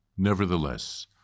Nevertheless